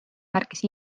märkis